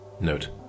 Note